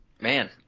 man